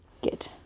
Good